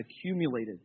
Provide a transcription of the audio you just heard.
accumulated